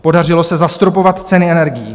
Podařilo se zastropovat ceny energií.